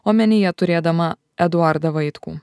omenyje turėdama eduardą vaitkų